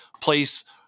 place